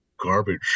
garbage